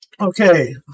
Okay